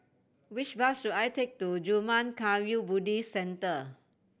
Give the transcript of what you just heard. which bus should I take to Zurmang Kagyud Buddhist Centre